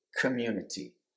community